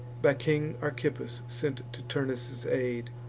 by king archippus sent to turnus' aid,